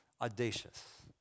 audacious